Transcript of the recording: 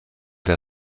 der